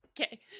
okay